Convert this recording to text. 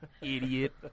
idiot